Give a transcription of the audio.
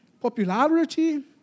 popularity